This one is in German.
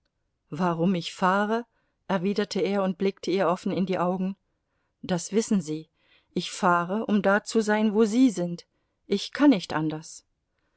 warum ich fahre erwiderte er und blickte ihr offen in die augen das wissen sie ich fahre um da zu sein wo sie sind ich kann nicht anders